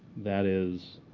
that is